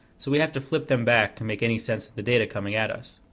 so we have to flip them back to make any sense of the data coming at us.